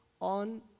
on